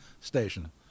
station